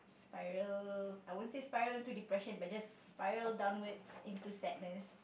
spiral I won't say spiral to depression but just spiral downwards into sadness